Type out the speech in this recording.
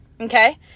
okay